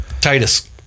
Titus